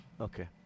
Okay